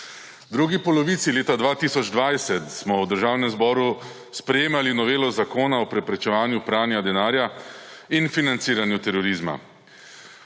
drugi polovici leta 2020 smo v Državnem zboru sprejemali novelo Zakona o preprečevanju pranja denarja in financiranja terorizma.